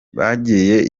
bagiriye